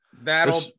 That'll –